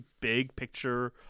big-picture